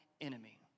enemy